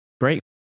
great